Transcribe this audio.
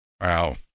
Wow